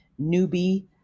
newbie